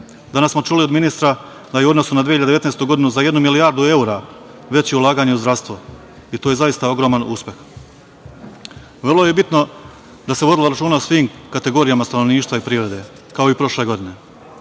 smo čuli od ministra da je u odnosu na 2019. godinu za jednu milijardu evra veće ulaganje u zdravstvo i to je zaista ogroman uspeh. Vrlo je bitno da se vodilo računa o svim kategorijama stanovništva i privrede, kao i prošle godine. Više